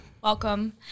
Welcome